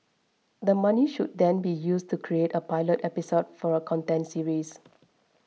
the money should then be used to create a pilot episode for a content series